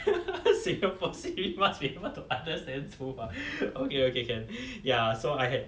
singapore siri must be able to understand 粗话 okay okay can ya so I had